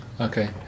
okay